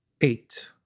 Eight